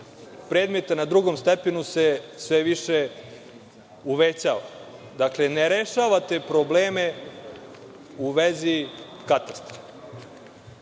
predmeta na drugom stepenu se sve više uvećava. Dakle, ne rešavate probleme u vezi